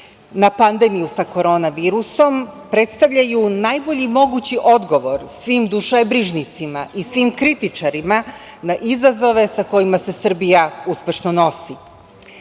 na pandemiju sa korona virusom, predstavljaju najbolji mogući odgovor svim dušebrižnicima i svim kritičarima na izazove sa kojima se Srbije uspešno nosi. Prva